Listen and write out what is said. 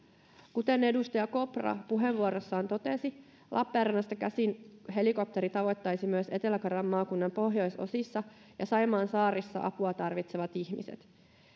kuten edustaja kopra puheenvuorossaan totesi lappeenrannasta käsin helikopteri tavoittaisi myös etelä karjalan maakunnan pohjoisosissa ja saimaan saarissa apua tarvitsevat ihmiset